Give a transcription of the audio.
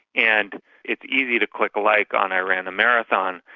and it's easy to click like on i ran a marathon.